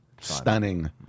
stunning